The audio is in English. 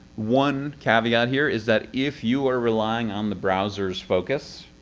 one caveat here is that if you are relying on the browser's focus,